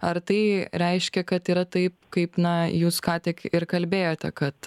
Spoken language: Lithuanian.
ar tai reiškia kad yra taip kaip na jūs ką tik ir kalbėjote kad